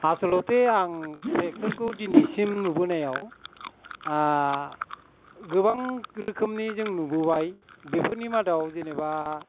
आसलते आं ट्रेक्टरखौ दिनैसिम नुबोनायाव गोबां रोखोमनि जों नुबोबोाय बेफोरनि मादाव जेनेबा